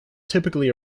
typically